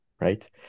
right